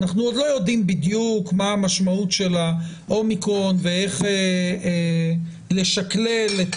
אנחנו עוד לא יודעים בדיוק מה המשמעות של ה-אומיקרון ואיך לשקלל את